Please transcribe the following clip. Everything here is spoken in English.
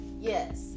yes